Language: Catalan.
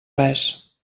res